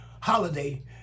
holiday